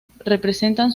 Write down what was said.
representan